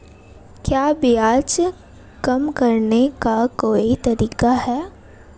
क्या ब्याज कम करने का कोई तरीका है?